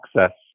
access